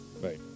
right